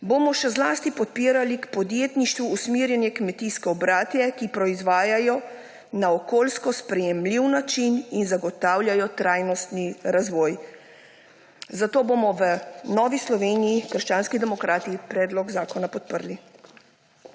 bomo še zlasti podpirali k podjetništvu usmerjene kmetijske obrate, ki proizvajajo na okoljsko sprejemljiv način in zagotavljajo trajnostni razvoj. Zato bomo v Novi Sloveniji – krščanskih demokratih predlog zakona podprli.